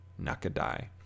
Nakadai